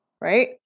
Right